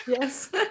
yes